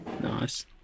Nice